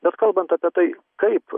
bet kalbant apie tai kaip